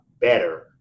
better